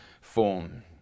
form